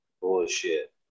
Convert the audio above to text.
bullshit